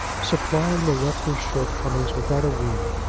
supplying the rector's shortcomings without a word.